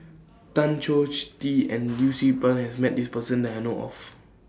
Tan Choh Tee and Yee Siew Pun has Met This Person that Have know of